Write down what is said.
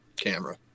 camera